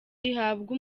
rihabwa